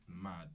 mad